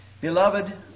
Beloved